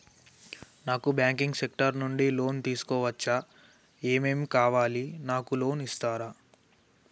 నాకు banking sector నుంచి loan తీసుకోవచ్చా? ఏమేం కావాలి? నాకు లోన్ ఇస్తారా?